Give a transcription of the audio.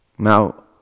Now